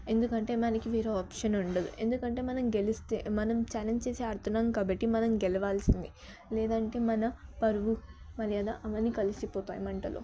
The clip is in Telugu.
ఎందుకంటే మనకి వేరే ఆప్షన్ ఉండదు ఎందుకంటే మనం గెలిస్తే మనం ఛాలెంజ్ చేసి ఆడుతున్నాం కాబట్టి మనం గెలవాల్సిందే లేదంటే మన పరువు మర్యాద అవన్నీ కలిసిపోతాయి మంటలో